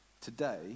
today